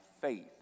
faith